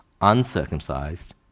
uncircumcised